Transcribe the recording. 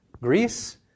Greece